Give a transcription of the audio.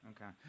Okay